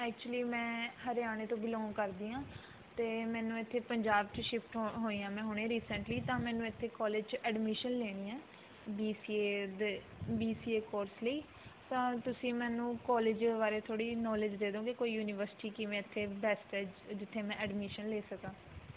actually ਮੈਂ ਹਰਿਆਣੇ ਤੋਂ ਬਿਲੋਂਗ ਕਰਦੀ ਹਾਂ ਅਤੇ ਮੈਨੂੰ ਇੱਥੇ ਪੰਜਾਬ 'ਚ ਸ਼ਿਫਟ ਹੋ ਹੋਈ ਹਾਂ ਮੈਂ ਹੁਣੇ ਰੀਸੈਂਟਲੀ ਤਾਂ ਮੈਨੂੰ ਇੱਥੇ ਕੋਲਿਜ 'ਚ ਐਡਮਿਸ਼ਨ ਲੈਣੀ ਹੈ ਬੀ ਸੀ ਏ ਦੇ ਬੀ ਸੀ ਏ ਕੋਰਸ ਲਈ ਤਾਂ ਤੁਸੀਂ ਮੈਨੂੰ ਕੋਲਿਜ ਬਾਰੇ ਥੋੜ੍ਹੀ ਨੋਲੇਜ ਦੇ ਦੋਵੋਗੇ ਕੋਈ ਯੂਨੀਵਰਸਿਟੀ ਕਿਵੇਂ ਇੱਥੇ ਬੈਸਟ ਹੈ ਜਿੱਥੇ ਮੈਂ ਐਡਮਿਸ਼ਨ ਲੈ ਸਕਾਂ